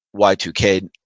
Y2K